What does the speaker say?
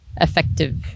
effective